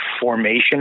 formation